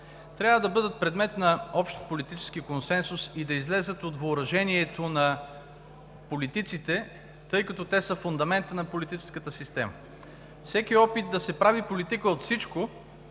трябва да бъдат предмет на общ политически консенсус и да излязат от въоръжението на политиците, тъй като те са фундамент на политическата система. Всеки опит да се прави политика от всичко